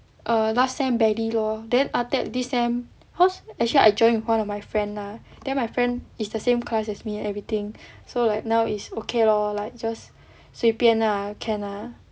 err last sem barely lor then after that this sem cause actually I join with one of my friend lah then my friend is the same class as me and everything so like now is okay lor like just 随便 lah can ah